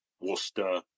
Worcester